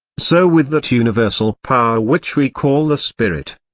so with that universal power which we call the spirit.